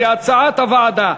כהצעת הוועדה.